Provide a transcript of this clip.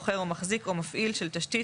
חוכר או מחזיר או מפעיל של תשתית,